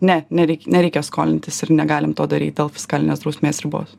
ne nereik nereikia skolintis ir negalim to daryti dėl fiskalinės drausmės ribos